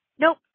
Nope